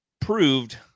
proved –